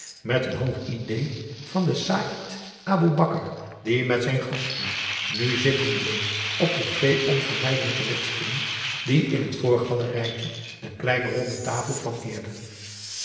met een hoog idée van den saïd aboe bakar die met zijn gastheer nu zitten bleef op de twee onvermijdelijke wipstoelen die in het voorgalerijtje een kleine ronde tafel